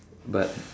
but